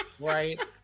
Right